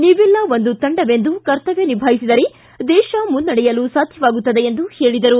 ನೀವೆಲ್ಲ ಒಂದು ತಂಡವೆಂದು ಕರ್ತವ್ಯ ನಿಭಾಯಿಸಿದರೆ ದೇಶ ಮುನ್ನಡೆಯಲು ಸಾಧ್ಯವಾಗುತ್ತದೆ ಎಂದು ಹೇಳಿದರು